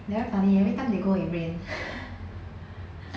they very funny every time they go in rain